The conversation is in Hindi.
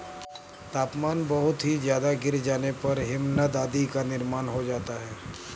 तापमान बहुत ही ज्यादा गिर जाने पर हिमनद आदि का निर्माण हो जाता है